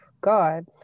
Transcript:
god